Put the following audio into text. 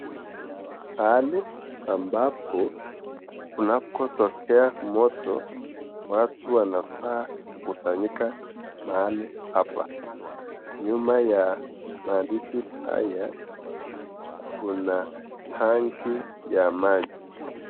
Pahali ambapo kunako tokea moto watu wanafa kukusanyika mahali hapa, nyuma ya maadhishi haya kuna tangi ya magi.